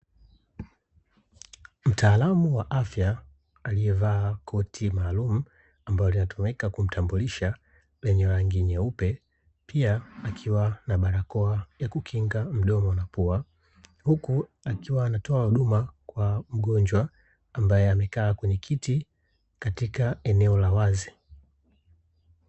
Mtaalamu wa afya aliyevaa koti maalumu ambalo, linatumika kumtambulisha lenye rangi nyeupe ,pia akiwa na barakoa ya kukinga mdomo na pua. Huku akiwa anatoa huduma kwa mgonjwa ambaye amekaa kwenye kiti katika eneo la wazi.